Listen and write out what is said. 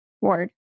ward